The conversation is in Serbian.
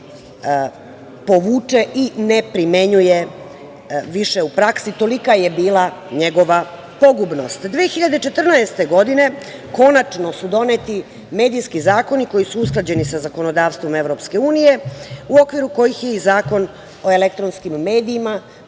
povuče i ne primenjuje više u praksi, tolika je bila njegova pogubnost. Godine 2014. konačno su doneti medijski zakoni koji su usklađeni sa zakonodavstvom EU u okviru kojih je i Zakon o elektronskim medijima